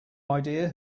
idea